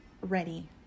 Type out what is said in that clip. ready